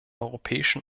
europäischen